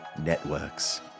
networks